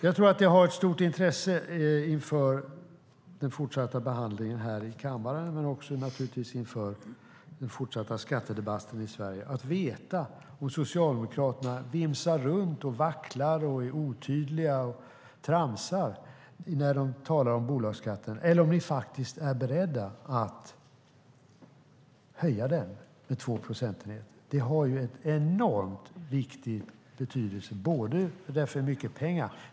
Jag tror att det är av stort intresse för den fortsatta behandlingen i kammaren men också för den fortsatta skattedebatten i Sverige om Socialdemokraterna vimsar runt, vacklar, är otydliga och tramsar när de talar om bolagsskatten eller om de faktiskt är beredda att höja den med 2 procentenheter. Det har enorm betydelse eftersom det är fråga om mycket pengar.